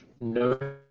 no